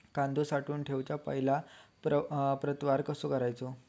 कांदो साठवून ठेवुच्या पहिला प्रतवार कसो करायचा?